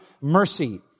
mercy